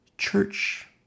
church